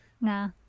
Nah